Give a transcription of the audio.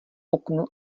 oknu